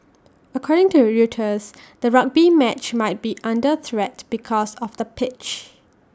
according to Reuters the rugby match might be under threat because of the pitch